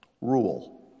Rule